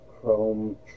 chrome